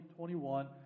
2021